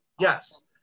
yes